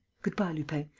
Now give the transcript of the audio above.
good-bye, lupin.